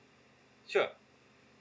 sure